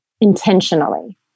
intentionally